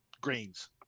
grains